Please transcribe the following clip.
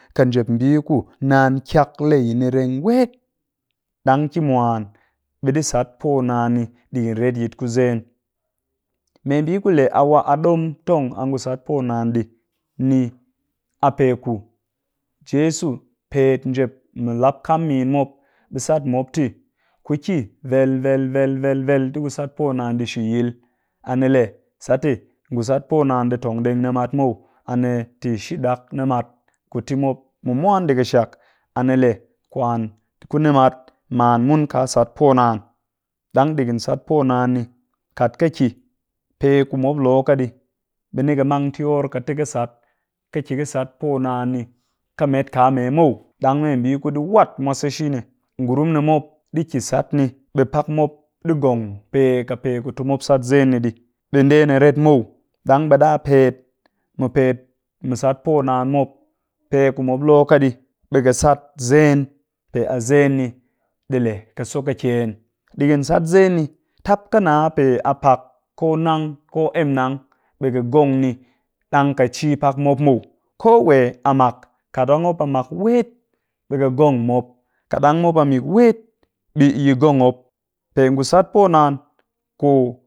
Ka njep mbii ku naan kyak le yi ni reng wet, ɗang ki mwan ɓe ɗi sat poo naan ni ɗigin retyit ku zen. membii ku wa lee wa a ɗom tong a ngu sat poo naan ɗii ni, a peku jeso pet njep mu lap kam mim mop ɓe sat mop tɨ "ku kia vel vel vel vel vel ti ku ti ku sat poo naan ɗii shi-yil" a ni lee sat te ngu sat poo naan ɗi tong ɗeng nimat muw a ni te shi ɗak nimat ku ti mop mu mwan ɗii ƙɨshak, a ni lee kwan ku nimat man mun kaa sat poo naan. Ɗang ɗigin sat poo naan ni, kat ka ki pe ku mop lo ka ɗii ɓe ni ka mang kyor ka te ƙɨ sat ƙɨ ki sat poo naan ni ka met kaa mee muw ɗang membii ku ɗi wat mwase shi ne ngurum ni mop ɗi ki sat ni ɓe pak mop ɗi ngong pe ka pe ku ti mop sat zen ɗii ɓe ndee ni ret muw, ɗang ɗa pet mu pet mu sat poo naan mop pe ku mop lo ka ɗii ɓe ka sat zen pe a zen ɗi lee ka so kakyen ɗigin sat zen ni tap ka nna pe a pak ko nang ko emnang ɓe ka ngong ni ɗang ka ci pak mop muw. ko wee a mak, kat ɗang mop a mak wet, ɓe ka ngong mop, kat ɗang mop a mik wet ɓe yi ngong mop pe ngu sat poo naan ku